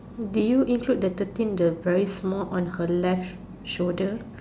did you include the thirteen the very small on her left shoulder